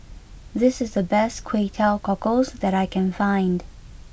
this is the best Kway Teow Cockles that I can find